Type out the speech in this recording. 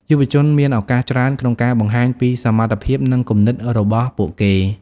យុវជនមានឱកាសច្រើនក្នុងការបង្ហាញពីសមត្ថភាពនិងគំនិតរបស់ពួកគេ។